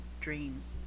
Dreams